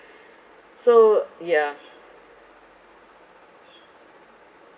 so yeah